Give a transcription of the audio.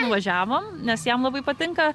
nuvažiavom nes jam labai patinka